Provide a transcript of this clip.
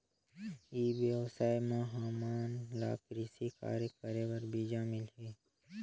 ई व्यवसाय म हामन ला कृषि कार्य करे बर बीजा मिलही?